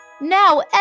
Now